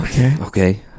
Okay